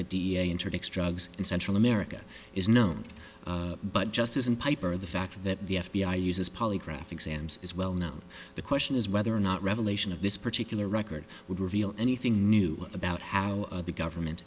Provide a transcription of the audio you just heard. interdict drugs in central america is known but just isn't piper the fact that the f b i uses polygraph exams is well known the question is whether or not revelation of this particular record would reveal anything new about how the government